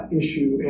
issue